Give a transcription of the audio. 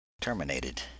terminated